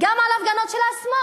גם על הפגנות של השמאל,